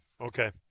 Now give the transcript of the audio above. Okay